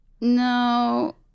No